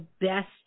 best